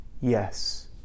yes